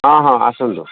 ହଁ ହଁ ଆସନ୍ତୁ